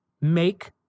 Make